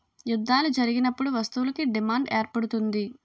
యుద్ధాలు జరిగినప్పుడు వస్తువులకు డిమాండ్ ఏర్పడుతుంది